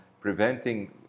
preventing